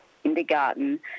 kindergarten